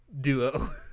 duo